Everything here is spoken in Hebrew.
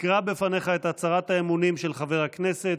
אקרא בפניך את הצהרת האמונים של חבר הכנסת,